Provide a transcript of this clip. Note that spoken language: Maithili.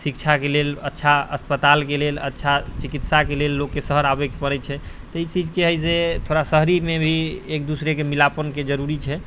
शिक्षाके लेल अच्छा अस्पतालके लेल अच्छा चिकित्साके लेल लोकके शहर आबैके पड़ै छै तऽ ई चीजके हइ जे थोड़ा शहरीमे भी एक दोसराके मिलापनके जरूरी छै